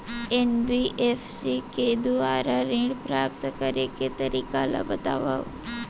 NBFC के दुवारा ऋण प्राप्त करे के तरीका ल बतावव?